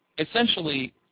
Essentially